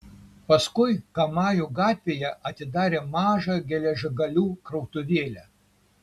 paskui kamajų gatvėje atidarė mažą geležgalių krautuvėlę